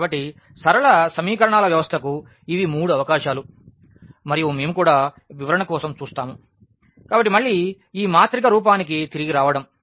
కాబట్టి సరళ సమీకరణాల వ్యవస్థకు ఇవి మూడు అవకాశాలు మరియు మేము కూడా వివరణ కోసం చూస్తాము కాబట్టి మళ్ళీ ఈ మాత్రిక రూపాన్ని తిరిగి పొందాలి